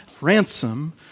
ransom